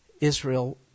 Israel